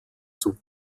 zum